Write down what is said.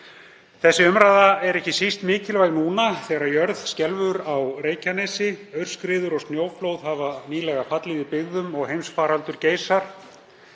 Þessi umræða er ekki síst mikilvæg núna þegar jörð skelfur á Reykjanesi, aurskriður og snjóflóð hafa nýlega fallið í byggðum og heimsfaraldur geisar.